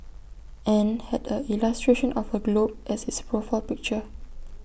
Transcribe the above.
and had A illustration of A globe as its profile picture